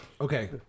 Okay